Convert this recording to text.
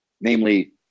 namely